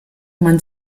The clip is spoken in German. man